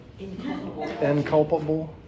Inculpable